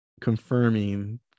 confirming